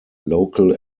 local